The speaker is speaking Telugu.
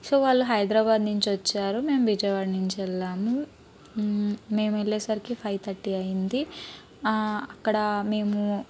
సో వాళ్ళు హైదరాబాద్ నుంచి వచ్చారు మేము విజయవాడ నుంచెళ్లాము మేం వెళ్లేసరికి ఫైవ్ థర్టీ అయింది అక్కడ మేము